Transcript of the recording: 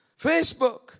Facebook